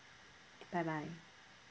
bye bye